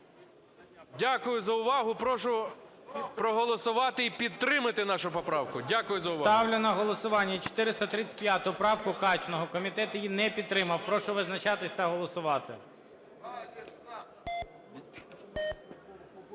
Дякую за увагу. Прошу проголосувати і підтримати нашу поправку. Дякую за увагу. ГОЛОВУЮЧИЙ. Ставлю на голосування 435 правку Качного. Комітет її не підтримав. Прошу визначатися та голосувати.